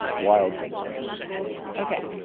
wild ginseng ok.